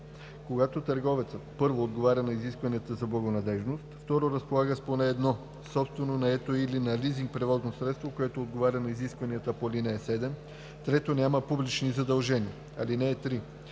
когато търговецът: 1. отговаря на изискванията за благонадеждност; 2. разполага с поне едно собствено, наето или на лизинг превозно средство, което отговаря на изискванията по ал. 7; 3. няма публични задължения. (3)